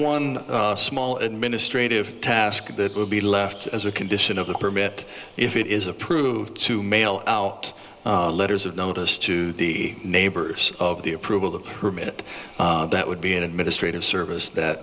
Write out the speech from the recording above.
one small administrative task that will be left as a condition of the permit if it is approved to mail out letters of notice to the neighbors of the approval the permit that would be an administrative service that